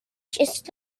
just